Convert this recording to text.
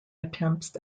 attempts